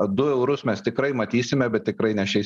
du eurus mes tikrai matysime bet tikrai ne šiais